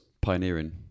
pioneering